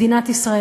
מדינת ישראל,